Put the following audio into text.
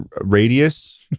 radius